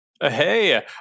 Hey